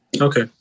Okay